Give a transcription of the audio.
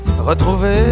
Retrouver